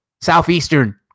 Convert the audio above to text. Southeastern